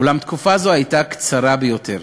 אולם תקופה זו הייתה קצרה ביותר.